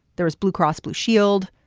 there was blue cross, blue shield,